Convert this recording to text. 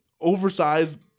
oversized